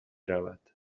رود